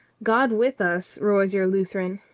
god with us roars your lu theran.